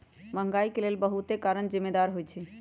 महंगाई के लेल बहुते कारन जिम्मेदार होइ छइ